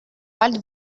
bald